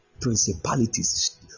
principalities